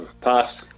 Pass